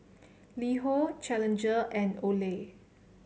LiHo Challenger and Olay